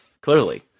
clearly